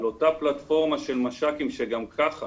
על אותה פלטפורמה של מש"קים שגם ככה